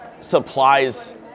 supplies